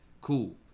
Cool